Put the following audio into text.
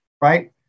right